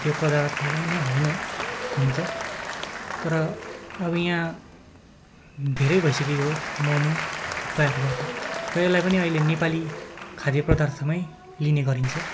त्यो खाद्य पदार्थ नै होइन हुनु त तर अब यहाँ धेरै भइसक्यो यो मम थुक्पाहरू भएको यसलाई पनि अहिले नेपाली खाद्य पदार्थमै लिने गरिन्छ